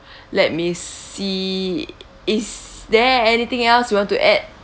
let me see is there anything else you want to add